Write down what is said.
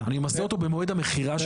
אני אחייב אותו במס במועד המכירה.